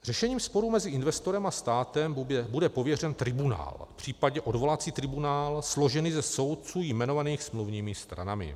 Řešením sporů mezi investorem a státem bude pověřen tribunál, případně odvolací tribunál složený ze soudců jmenovaných smluvními stranami.